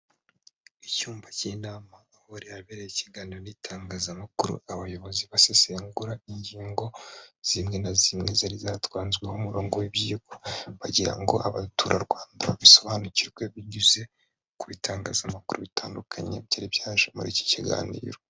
Icyumba cy'inama ahari habereye ikiganiro n'itangazamakuru abayobozi basesengura ingingo zimwe na zimwe, zari zatanzweho umurongo w'ibyigwa bagira ngo abaturarwanda babisobanukirwe, binyuze ku bitangazamakuru bitandukanye byari byaje muri icyo kiganiro.